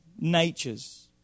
natures